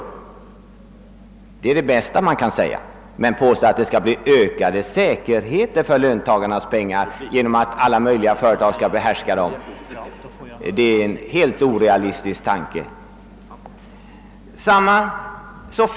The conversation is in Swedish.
Detta är det bästa man kan säga; att påstå att det skulle bli ökad säkerhet för löntagarnas pengar genom att alla möjliga företag skulle behärska dem är en helt orealistisk tanke.